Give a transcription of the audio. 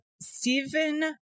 Stephen